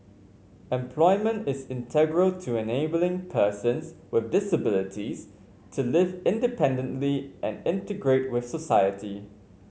employment is integral to enabling persons with disabilities to live independently and integrate with society